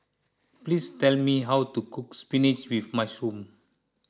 please tell me how to cook Spinach with Mushroom